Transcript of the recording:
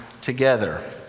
together